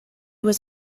was